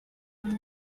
our